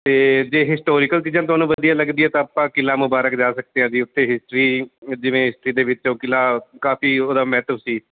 ਅਤੇ ਜੇ ਹਿਸਟੋਰੀਕਲ ਚੀਜ਼ਾਂ ਤੁਹਾਨੂੰ ਵਧੀਆ ਲੱਗਦੀ ਹੈ ਤਾਂ ਆਪਾਂ ਕਿਲ੍ਹਾ ਮੁਬਾਰਕ ਜਾ ਸਕਦੇ ਹਾਂ ਜੀ ਉੱਥੇ ਹਿਸਟਰੀ ਜਿਵੇਂ ਹਿਸਟਰੀ ਦੇ ਵਿੱਚੋਂ ਕਿਲ੍ਹਾ ਕਾਫ਼ੀ ਉਹਦਾ ਮਹੱਤਵ ਸੀ